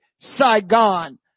Saigon